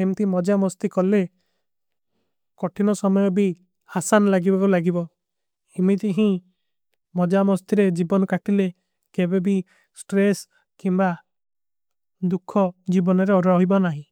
ଏମେଂତି ମଜା ମସ୍ତୀ କରଲେ। କଟିନୋ ସମଯୋ ଭୀ ହାସାନ ଲାଗୀଵୋଂ ଲାଗୀଵୋଂ ଇମେଂତି ହୀ ମଜା ମସ୍ତୀରେ। ଜୀବନ କାଟୀଲେ କେଵେ ଭୀ ସ୍ଟ୍ରେସ କିମ୍ବା ଦୁଖୋ ଜୀବନେରେ ରହୀବା ନାହୀ।